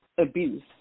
Abuse